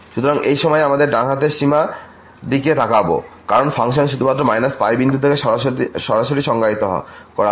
সুতরাং এই সময়ে আমরা ডান হাত সীমার দিকে তাকাবো কারণ ফাংশন শুধুমাত্র এই π বিন্দু থেকে সরাসরি সংজ্ঞায়িত করা হয়